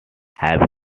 have